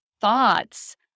thoughts